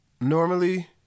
Normally